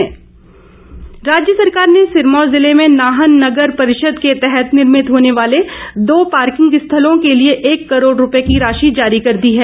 बिंदल राज्य सरकार ने सिरमौर ज़िले में नाहन नगर परिषद के तहत निर्मित होने वाले दो पार्किंग स्थलों के लिए एक करोड़ रूपये की राशि जारी कर दी है